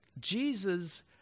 Jesus